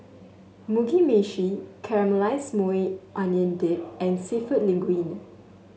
Mugi Meshi Caramelized Maui Onion Dip and seafood Linguine